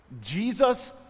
Jesus